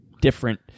different